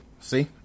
See